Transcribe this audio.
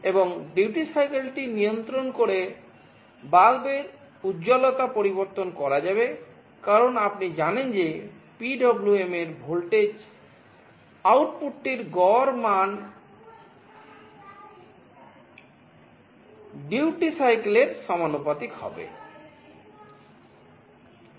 এবং duty cycle এর সমানুপাতিক হবে